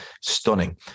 Stunning